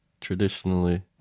traditionally